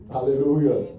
Hallelujah